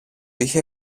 είχε